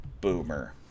Boomer